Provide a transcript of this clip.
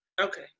Okay